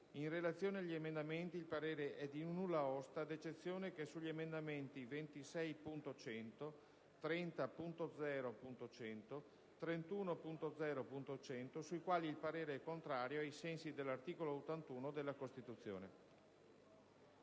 In relazione agli emendamenti, il parere è di nulla osta, ad eccezione che sugli emendamenti 26.100, 30.0.100 e 31.0.100, sui quali il parere è contrario, ai sensi dell'articolo 81 della Costituzione».